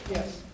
Yes